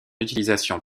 utilisation